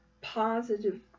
positive